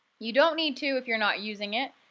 you don't need to if you're not using it.